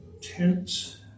tents